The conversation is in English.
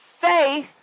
faith